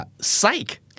psych